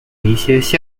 一些